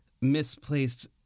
misplaced